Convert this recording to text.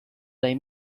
dai